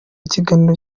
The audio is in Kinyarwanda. kiganiro